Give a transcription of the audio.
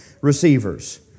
receivers